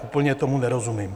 Úplně tomu nerozumím.